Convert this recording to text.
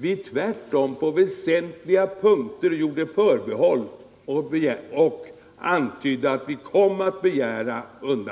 Vi gjorde tvärtom på väsentliga punkter förbehåll och antydde att vi skulle komma att begära År